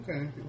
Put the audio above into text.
Okay